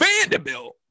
Vanderbilt